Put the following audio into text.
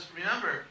remember